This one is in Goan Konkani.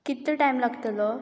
कितलो टायम लागतलो